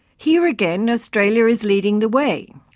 here again, australia is leading the way.